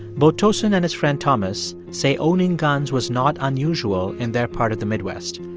both tosin and his friend thomas say owning guns was not unusual in their part of the midwest.